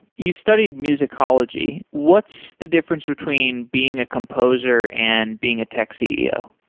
you studied musicology. what's the difference between being a composer and being a tech ceo?